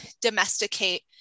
domesticate